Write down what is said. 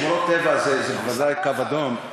שמורות טבע זה בוודאי קו אדום.